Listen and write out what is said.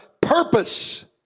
purpose